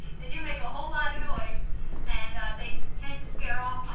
they do make a whole lot of noise and they tend to scare off like